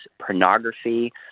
pornography